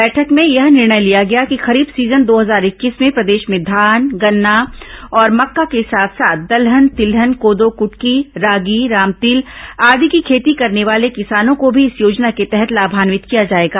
बैठक में यह निर्णय लिया गया कि खरीफ सीजन दो हजार इक्कीस में प्रदेश में धान गन्ना और मक्का के साथ साथ दलहन तिलहन कोदो कुटकी रागी रामतिल आदि की खेती करने वाले किसानों को भी इस योजना के तहत लाभावित किया जाएगा